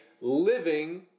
living